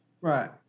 Right